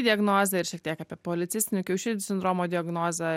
diagnozę ir šiek tiek apie policistinių kiaušidžių sindromo diagnozę